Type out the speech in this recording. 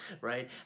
right